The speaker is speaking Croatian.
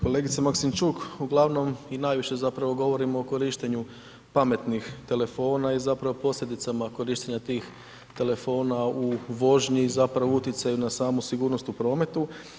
Kolegice Maksimčuk uglavnom i najviše zapravo govorimo o korištenju pametnih telefona i zapravo posljedicama korištenja tih telefona u vožnji i zapravo utjecaju na samu sigurnost u prometu.